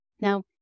Now